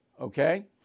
okay